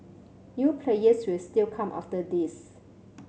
new players will still come after this